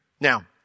Now